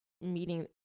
meeting